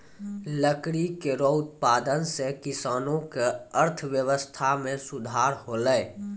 लकड़ी केरो उत्पादन सें किसानो क अर्थव्यवस्था में सुधार हौलय